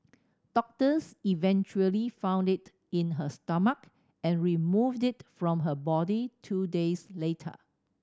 doctors eventually found it in her stomach and removed it from her body two days later